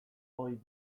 ohi